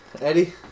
Eddie